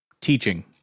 teaching